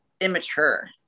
immature